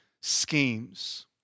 schemes